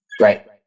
right